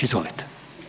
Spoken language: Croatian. Izvolite.